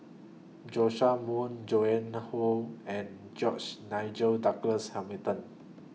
Joash Moo Joan Hon and George Nigel Douglas Hamilton